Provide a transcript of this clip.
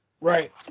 Right